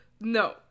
No